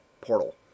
portal